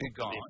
gone